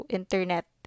internet